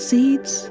Seeds